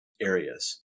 areas